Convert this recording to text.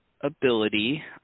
ability